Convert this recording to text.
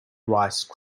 rice